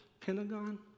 Pentagon